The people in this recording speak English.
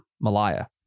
Malaya